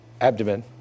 abdomen